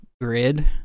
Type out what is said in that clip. grid